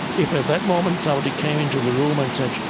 if at that moment somebody came into the room and said,